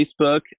Facebook